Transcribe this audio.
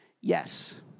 yes